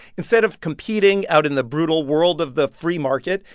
instead of competing out in the brutal world of the free market,